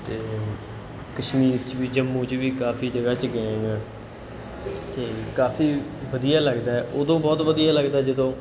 ਅਤੇ ਕਸ਼ਮੀਰ 'ਚ ਵੀ ਜੰਮੂ 'ਚ ਵੀ ਕਾਫੀ ਜਗ੍ਹਾ 'ਚ ਗਏ ਹਾਂ ਅਤੇ ਕਾਫੀ ਵਧੀਆ ਲੱਗਦਾ ਉਦੋਂ ਬਹੁਤ ਵਧੀਆ ਲੱਗਦਾ ਜਦੋਂ